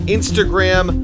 Instagram